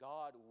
God